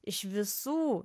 iš visų